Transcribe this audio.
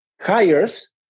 hires